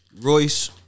Royce